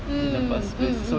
mmhmm